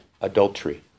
adultery